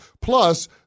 Plus